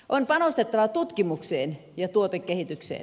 on panostettava tutkimukseen ja tuotekehitykseen